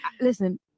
listen